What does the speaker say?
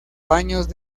baños